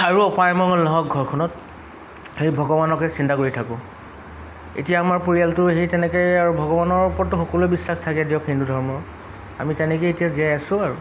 আৰু অপায় অমঙ্গল নহওক ঘৰখনত সেই ভগৱানকে চিন্তা কৰি থাকোঁ এতিয়া আমাৰ পৰিয়ালটো সেই তেনেকৈয়ে আৰু ভগৱানৰ ওপৰততো সকলোৱে বিশ্বাস থাকেই দিয়ক হিন্দু ধৰ্মৰ আমি তেনেকৈয়ে এতিয়া জীয়াই আছোঁ আৰু